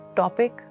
topic